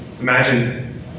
Imagine